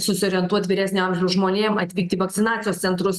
susiorientuot vyresnio amžiaus žmonėm atvykt į vakcinacijos centrus